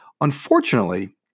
Unfortunately